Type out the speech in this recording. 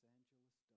Angeles